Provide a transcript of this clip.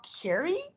Carrie